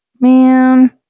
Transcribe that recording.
man